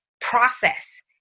process